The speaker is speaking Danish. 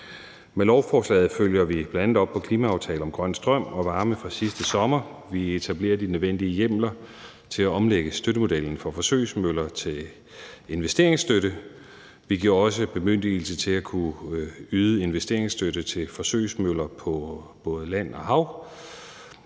Med lovforslaget følger vi bl.a. op på klimaaftalen om grøn strøm og varme fra sidste sommer, og vi etablerer de nødvendige hjemler til at omlægge støttemodellen for forsøgsmøller til investeringsstøtte. Vi giver også bemyndigelse til at kunne yde investeringsstøtte til forsøgsmøller på både land og hav,